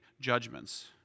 judgments